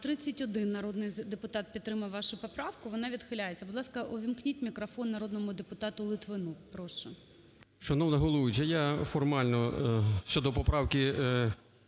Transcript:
31 народний депутат підтримав вашу поправку. Вона відхиляється. Будь ласка, ввімкніть мікрофон народному депутату Литвину. Прошу. 13:28:16 ЛИТВИН В.М. Шановна головуюча, я формально щодо поправки